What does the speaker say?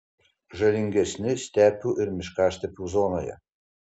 žalingesni stepių ir miškastepių zonoje